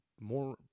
more